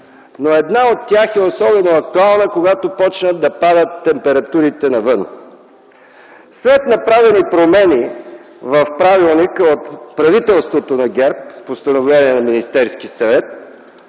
но една от тях е особено актуална, когато почнат да падат температурите навън. След направени промени в правилника от правителството на ГЕРБ с постановление на Министерския съвет